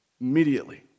Immediately